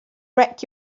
wreck